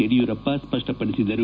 Yediyurappa ಸ್ಪಷ್ಷಪಡಿಸಿದರು